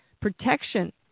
protection